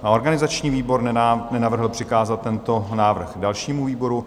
Organizační výbor nenavrhl přikázat tento návrh dalšímu výboru.